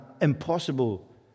impossible